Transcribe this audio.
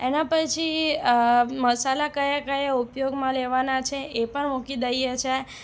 એના પછી મસાલા કયા કયા ઉપયોગમાં લેવાના છે એ પણ મૂકી દઈએ છે